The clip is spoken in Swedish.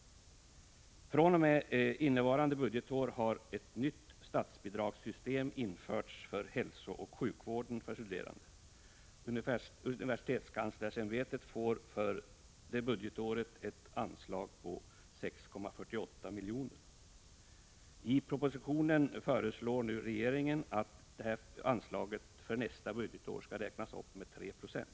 fr.o.m. innevarande budgetår har ett nytt statsbidragssystem införts för hälsooch sjukvård för studerande. Universitetskanslersämbetet får för det här budgetåret ett anslag på 6,48 miljoner. I propositionen föreslår regeringen att anslaget för nästa budgetår skall räknas upp med 3 46.